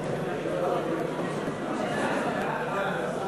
ההצעה להעביר את הצעת חוק הביטוח